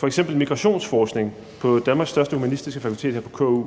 f.eks. migrationsforskning på Danmarks største humanistiske fakultet her på KU